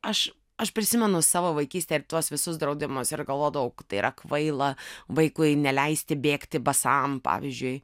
aš aš prisimenu savo vaikystę ir tuos visus draudimus ir galvodavau kad tai yra kvaila vaikui neleisti bėgti basam pavyzdžiui